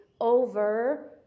over